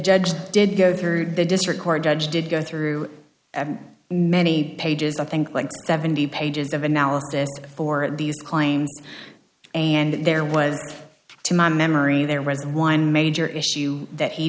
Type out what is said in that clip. judge did go through the district court judge did go through and many pages i think like that seventy pages of analysis for at these claims and there was to my memory there resident one major issue that he